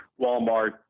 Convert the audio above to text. Walmart